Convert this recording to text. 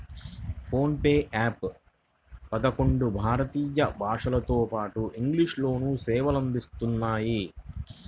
phone pay app పదకొండు భారతీయ భాషలతోపాటు ఇంగ్లీష్ లోనూ సేవలు అందిస్తున్నాయి